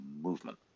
movement